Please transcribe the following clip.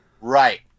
Right